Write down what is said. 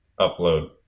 upload